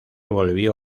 volvió